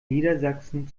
niedersachsen